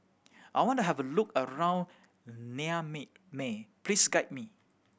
I want to have a look around may please guide me